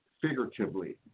figuratively